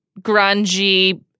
grungy